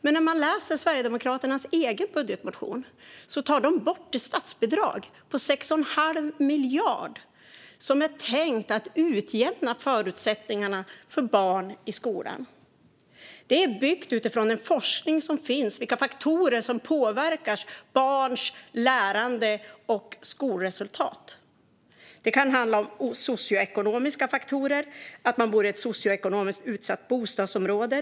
Men i Sverigedemokraternas egen budgetmotion vill de ta bort det statsbidrag på 6 1⁄2 miljard kronor som är tänkt att utjämna förutsättningarna för barn i skolan och som bygger på den forskning som finns om vilka faktorer som påverkar barns lärande och skolresultat. Det kan handla om socioekonomiska faktorer, att man bor i ett socioekonomiskt utsatt bostadsområde.